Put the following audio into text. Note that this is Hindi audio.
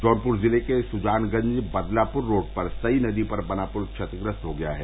जौनपुर जिले के सुजानगंज बदलापुर रोड पर सई नदी पर बना पुल क्षतिग्रस्त हो गया है